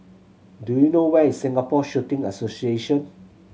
do you know where is Singapore Shooting Association